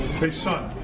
hey son.